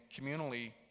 communally